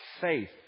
faith